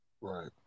Right